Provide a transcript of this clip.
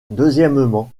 deuxièmement